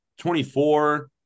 24